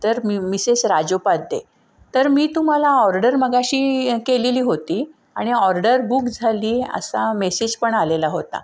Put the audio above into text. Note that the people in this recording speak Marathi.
तर मी मिसेस राजोपाद्ये तर मी तुम्हाला ऑर्डर मघाशी केलेली होती आणि ऑर्डर बुक झाली असा मेसेज पण आलेला होता